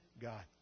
God